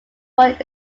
what